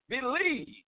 believe